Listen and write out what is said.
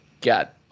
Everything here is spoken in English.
got